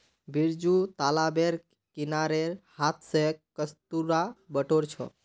बिरजू तालाबेर किनारेर हांथ स कस्तूरा बटोर छ